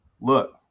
look